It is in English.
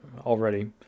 already